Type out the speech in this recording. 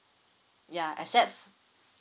ya except